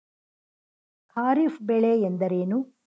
ಖಾರಿಫ್ ಬೆಳೆ ಎಂದರೇನು?